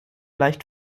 leicht